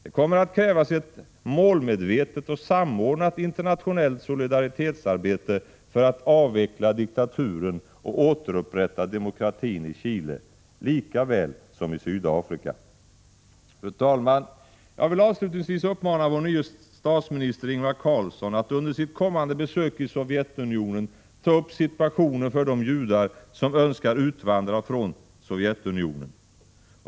Det kommer att krävas ett målmedvetet och samordnat internationellt solidaritetsarbete för att avveckla diktaturen och återupprätta demokratin i Chile, likaväl som i Sydafrika. Fru talman! Jag vill avslutningsvis uppmana vår nye statsminister Ingvar Carlsson att under sitt kommande besök i Sovjetunionen ta upp situationen för de judar som önskar utvandra från Sovjetunionen.